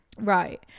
right